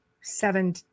seven